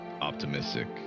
optimistic